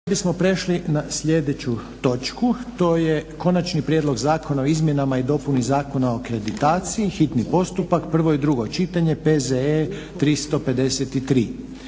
Sada bismo prešli na sljedeću točku, to je - Konačni prijedlog zakona o izmjenama i dopuni Zakona o akreditaciji, hitni postupa, prvo i drugo čitanje, PZE br.